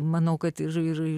manau kad ir ir